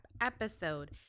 episode